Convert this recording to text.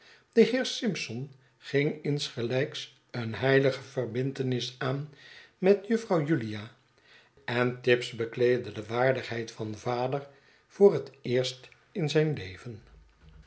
de heer simpson ging insgelijks een heilige verbintenis aan met juffrouw julia en tibbs bekleedde de waardigheid van vader voor het eerst in zijn leven